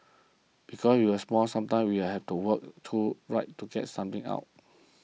because we are small sometimes we have to work through right to get something out